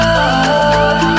love